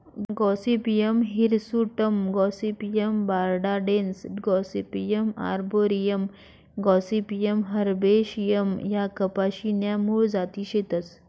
Gossypium hirsutum Gossypium barbadense Gossypium arboreum Gossypium herbaceum ह्या कपाशी न्या मूळ जाती शेतस